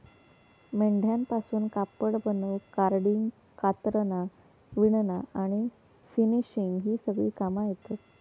मेंढ्यांपासून कापड बनवूक कार्डिंग, कातरना, विणना आणि फिनिशिंग ही सगळी कामा येतत